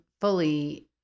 fully